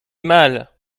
mal